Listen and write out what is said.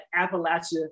Appalachia